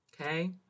okay